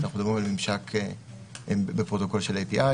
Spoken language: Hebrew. אנחנו מדברים על ממשק בפרוטוקול של api,